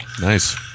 nice